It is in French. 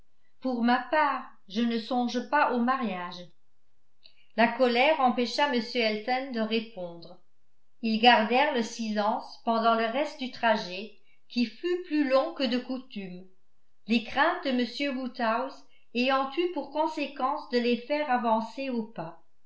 pour ma part je ne songe pas au mariage la colère empêcha m elton de répondre ils gardèrent le silence pendant le reste du trajet qui fut plus long que de coutume les craintes de m woodhouse ayant eu pour conséquence de les faire avancer au pas